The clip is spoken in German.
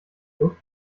luft